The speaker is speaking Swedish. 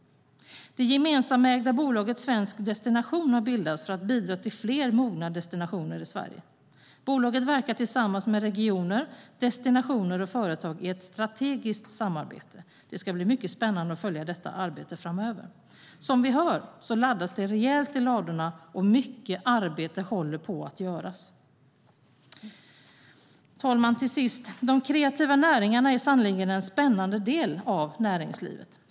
Det gemensamägda bolaget Svensk Destination har bildats för att bidra till fler mogna destinationer i Sverige. Bolaget verkar tillsammans med regioner, destinationer och företag i ett strategiskt samarbete. Det ska bli mycket spännande att följa detta arbete framöver. Som vi hör laddas det rejält i ladorna, och mycket arbete håller på att göras. Herr talman! Till sist: De kreativa näringarna är sannerligen en spännande del av näringslivet.